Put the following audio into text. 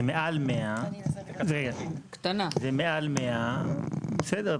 זה מעל 100. זה מעל 100. בסדר,